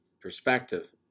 perspective